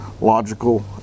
logical